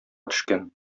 төшкән